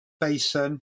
basin